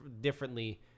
differently